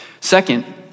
Second